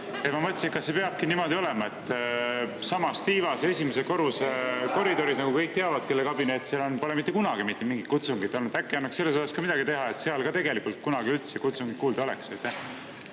Ma mõtlesin, kas see peabki niimoodi olema, et samas tiivas esimese korruse koridoris, nagu kõik teavad, kelle kabinet seal on, pole mitte kunagi mingit kutsungit olnud. Äkki annaks selles osas ka midagi teha, et seal ka kunagi üldse kutsungit kuulda oleks?